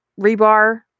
rebar